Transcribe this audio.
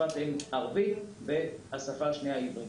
שפת אם ערבית והשפה השנייה עברית.